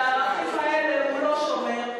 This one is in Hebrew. על הערכים האלו הוא לא שומר.